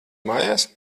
mājās